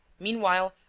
meanwhile,